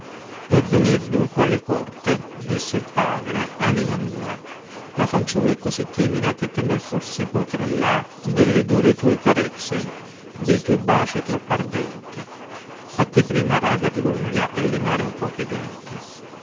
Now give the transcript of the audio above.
per venir dunque alle corte disse il padre anima mia la fanciulla è così timida che temer forse potria delle dure tue carezze de tuoi baci troppo ardenti fatti prima rader l'unghia e limare un poco i denti